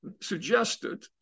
suggested